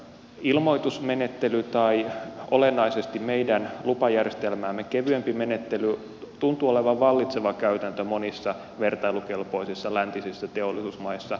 ilmoitusmenettely tai olennaisesti meidän lupajärjestelmäämme kevyempi menettely tuntuu olevan vallitseva käytäntö monissa vertailukelpoisissa läntisissä teollisuusmaissa